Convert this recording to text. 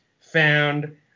found